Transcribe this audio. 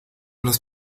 las